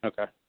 Okay